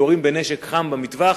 יורים בנשק חם במטווח.